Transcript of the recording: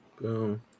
Boom